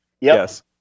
Yes